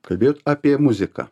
kalbėjot apie muziką